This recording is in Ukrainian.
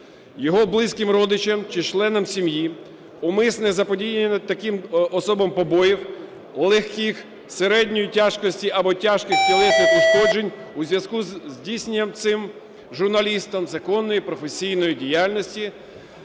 його близьким родичам чи членам сім'ї, умисне заподіяння таким особам побоїв, легких, середньої тяжкості або тяжких тілесних ушкоджень у зв'язку зі здійсненням цим журналістом законної професійної діяльності,